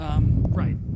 Right